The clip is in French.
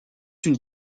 une